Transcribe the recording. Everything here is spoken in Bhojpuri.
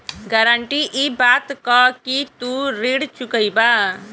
गारंटी इ बात क कि तू ऋण चुकइबा